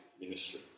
ministry